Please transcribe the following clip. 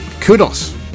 kudos